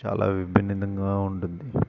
చాలా విభిన్నతంగా ఉంటుంది